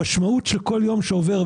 המשמעות של כל יום שעובר,